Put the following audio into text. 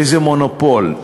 איזה מונופול?